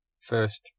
first